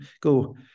Go